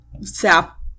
sap